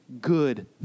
good